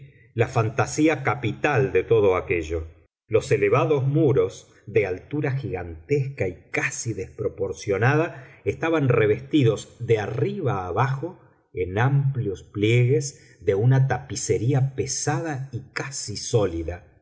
la fantasía capital de todo aquello los elevados muros de altura gigantesca y casi desproporcionada estaban revestidos de arriba abajo en amplios pliegues de una tapicería pesada y casi sólida